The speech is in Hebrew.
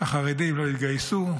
החרדים לא יתגייסו,